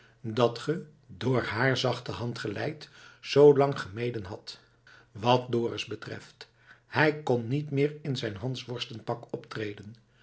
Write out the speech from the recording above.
dat ge door haar zachte hand geleid zoo lang gemeden hadt wat dorus betreft hij kon niet meer in zijn hansworstenpak optreden